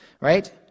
right